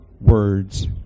words